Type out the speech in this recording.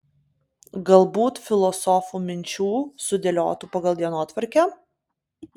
galbūt filosofų minčių sudėliotų pagal dienotvarkę